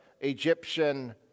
Egyptian